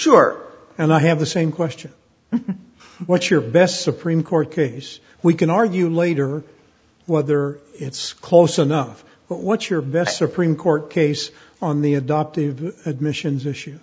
sure and i have the same question what's your best supreme court case we can argue later whether it's close enough but what's your best supreme court case on the adoptive admissions issue